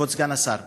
כבוד סגן השר,